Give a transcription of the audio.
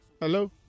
Hello